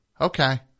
Okay